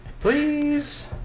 Please